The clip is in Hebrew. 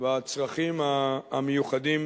בצרכים המיוחדים